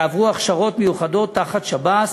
יעברו הכשרות מיוחדות תחת שב"ס,